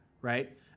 Right